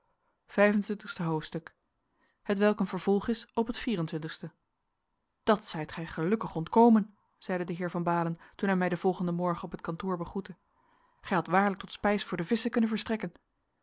hoofdstuk hetwelk een vervolg is op het vier-en-twintigste dat zijt gij gelukkig ontkomen zeide de heer van baalen toen hij mij den volgenden morgen op het kantoor begroette gij hadt waarlijk tot spijs voor de visschen kunnen verstrekken